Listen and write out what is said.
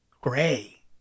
gray